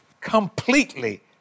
completely